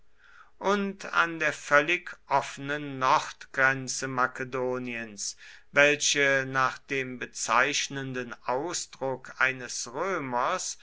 und an der völlig offenen nordgrenze makedoniens welche nach dem bezeichnenden ausdruck eines römers